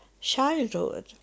childhood